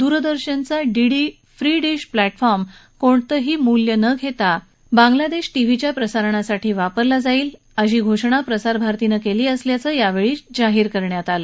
दूरदर्शनचा DD free dish platform कोणतंही मूल्य न घेता बांग्लादेश टीव्हीच्या प्रसारणासाठी वापरला जाईल अशी घोषणा प्रसारभारतीनं केली असल्याचं यावेळी जाहीर करण्यात आलं